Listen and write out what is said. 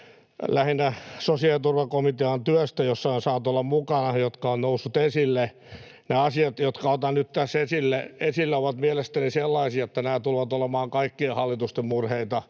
lähinnä sosiaaliturvakomitean työstä, jossa olen saanut olla mukana, jotka ovat nousseet esille. Nämä asiat, jotka otan nyt tässä esille, ovat mielestäni sellaisia, että nämä tulevat olemaan kaikkien hallitusten murheita.